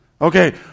Okay